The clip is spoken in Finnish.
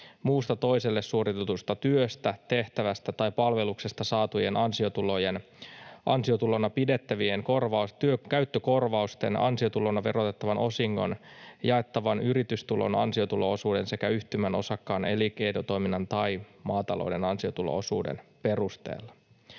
muusta toiselle suoritetusta työstä, tehtävästä tai palveluksesta saatujen ansiotulojen, ansiotulona pidettävien käyttökorvausten, ansiotulona verotettavan osingon, jaettavan yritystulon ansiotulo-osuuden sekä yhtymän osakkaan elinkeinotoiminnan tai maatalouden ansiotulo-osuuden perusteella.